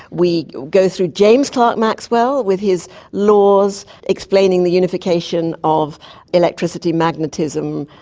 we go through james clerk maxwell with his laws explaining the unification of electricity, magnetism,